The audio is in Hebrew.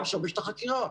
אתה משבש את החקירה